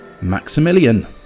Maximilian